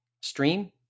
stream